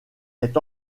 est